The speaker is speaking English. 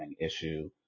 issue